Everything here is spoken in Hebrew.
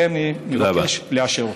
לכן אני מבקש לאשר אותה.